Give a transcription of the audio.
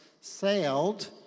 sailed